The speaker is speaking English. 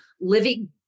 living